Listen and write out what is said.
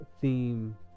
theme